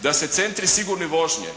da se centri sigurne vožnje,